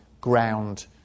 ground